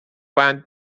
بند